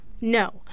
No